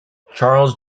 charles